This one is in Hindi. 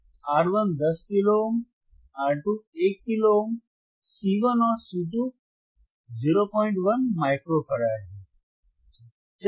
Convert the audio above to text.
R1 10 kilo ohm R2 1 kilo ohm C1 और C2 01 माइक्रो फैराड हैं